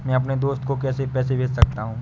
मैं अपने दोस्त को पैसे कैसे भेज सकता हूँ?